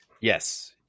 Yes